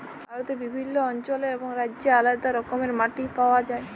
ভারতে বিভিল্ল্য অল্চলে এবং রাজ্যে আলেদা রকমের মাটি পাউয়া যায়